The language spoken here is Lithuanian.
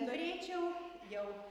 norėčiau jau